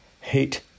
hate